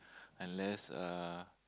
unless uh